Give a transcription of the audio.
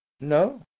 No